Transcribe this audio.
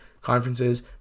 conferences